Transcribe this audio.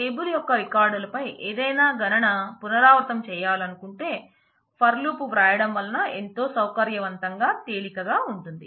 table యొక్క రికార్డులపై ఏదైనా గణన పునరావృతం చేయాలనుకుంటే ఫర్ లూప్ వ్రాయడం వలన ఎంతో సౌకర్యవంతంగా తేలికగా ఉంటుంది